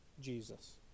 Jesus